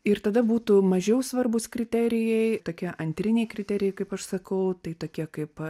ir tada būtų mažiau svarbūs kriterijai tokie antriniai kriterijai kaip aš sakau tai tokie kaip